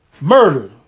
murder